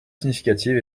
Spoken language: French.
significative